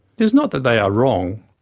it is not that they are wrong,